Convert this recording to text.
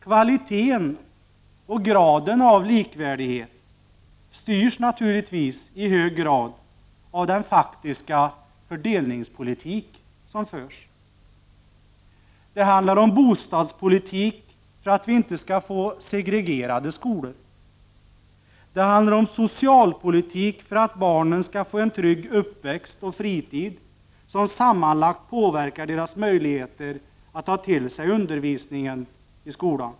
Kvaliteten och graden av likvärdighet styrs naturligtvis i hög grad av den faktiska fördelningspolitik som förs. Det handlar om bostadspolitik för att vi inte skall få segregerade skolor. Det handlar om socialpolitik för att barnen skall få en trygg uppväxt och fritid som sammanlagt påverkar deras möjligheter att ta till sig undervisningen i skolan.